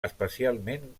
especialment